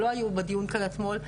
שלא היו בדיון כאן אתמול.